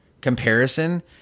comparison